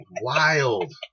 Wild